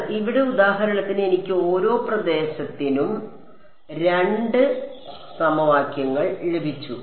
എന്നാൽ ഇവിടെ ഉദാഹരണത്തിന് എനിക്ക് ഓരോ പ്രദേശത്തുനിന്നും രണ്ട് സമവാക്യങ്ങൾ ലഭിച്ചു